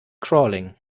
crawling